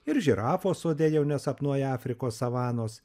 ir žirafos sode jau nesapnuoja afrikos savanos